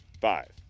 Five